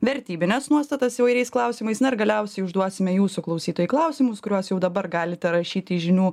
vertybines nuostatas įvairiais klausimais na ir galiausiai užduosime jūsų klausytojų klausimus kuriuos jau dabar galite rašyti žinių